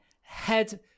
head